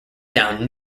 down